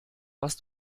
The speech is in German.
was